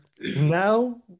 now